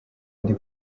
ndi